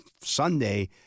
Sunday